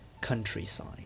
countryside